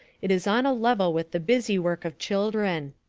it is on a level with the busy work of children.